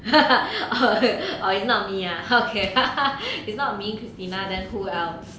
err it's not me ah okay ha ha it's not me christina then who else